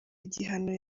igihano